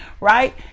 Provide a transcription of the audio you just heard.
right